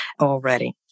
already